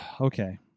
Okay